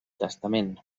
testament